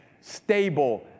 stable